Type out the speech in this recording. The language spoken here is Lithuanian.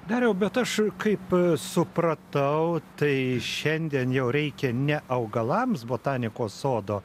dariau bet aš kaip supratau tai šiandien jau reikia ne augalams botanikos sodo